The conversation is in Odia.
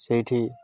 ସେଇଠି